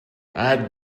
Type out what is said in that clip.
add